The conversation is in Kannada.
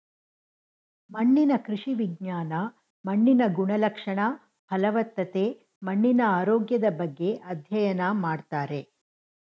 ಮಣ್ಣಿನ ಕೃಷಿ ವಿಜ್ಞಾನ ಮಣ್ಣಿನ ಗುಣಲಕ್ಷಣ, ಫಲವತ್ತತೆ, ಮಣ್ಣಿನ ಆರೋಗ್ಯದ ಬಗ್ಗೆ ಅಧ್ಯಯನ ಮಾಡ್ತಾರೆ